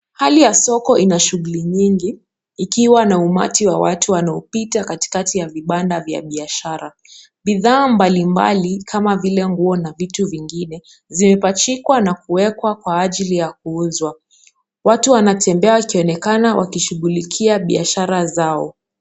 Hali ya soko ina shughuli nyingi ikiwa na umati wa watu wanaopita katikati ya vibanda vya biashara. Bidhaa mbalimbali kama vile nguo na vitu vingine vimepachikwa na kuwekwa kwa ajili ya kuuzwa. Watu wanatembea wakionekana wakishughulikia biashara zao.